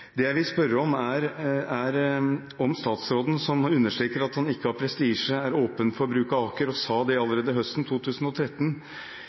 Det jeg vil spørre om, er om statsråden, som understreker at han ikke har prestisje, og som allerede høsten 2013 sa at han var åpen for bruk av Aker,